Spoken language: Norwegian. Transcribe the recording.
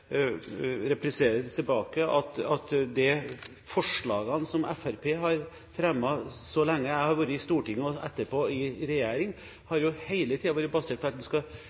om det vi ser i dag i norsk landbruk, vil jeg bare replisere tilbake at de forslagene som Fremskrittspartiet har fremmet så lenge jeg har vært i Stortinget og etterpå i regjering, hele tiden har vært basert på at vi skal